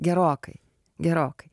gerokai gerokai